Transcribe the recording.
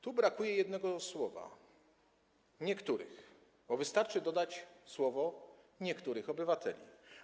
Tu brakuje jednego słowa: niektórych, a wystarczy dodać: niektórych obywateli.